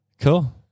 Cool